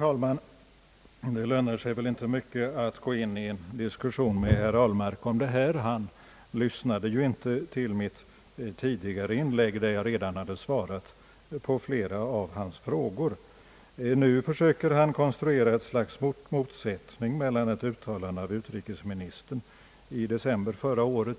Herr talman! Det torde inte löna sig mycket att gå in i en diskussion med herr Ahlmark om detta problem. Herr Ahlmark lyssnade ju inte till mitt tidigare inlägg, där jag redan har svarat på flera av hans frågor. Nu försöker han konstruera en motsättning mellan ett uttalande av utrikesministern i december föregående år